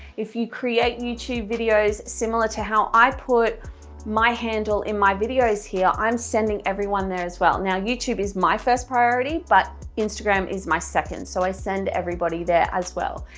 if you create youtube videos similar to how i put my handle in my videos here i'm sending everyone there as well, now youtube is my first priority but instagram is my second so i send everybody there as well,